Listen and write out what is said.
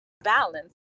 balance